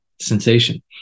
sensation